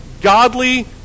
godly